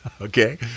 okay